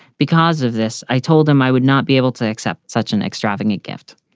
because of this, i told him i would not be able to accept such an extravagant gift.